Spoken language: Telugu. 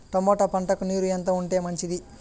టమోటా పంటకు నీరు ఎంత ఉంటే మంచిది?